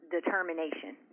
determination